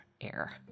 air